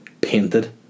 Painted